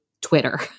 Twitter